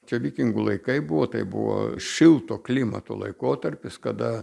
čia vikingų laikai buvo tai buvo šilto klimato laikotarpis kada